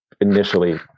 initially